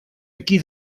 aquí